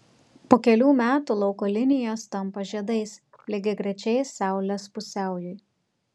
po kelių metų lauko linijos tampa žiedais lygiagrečiais saulės pusiaujui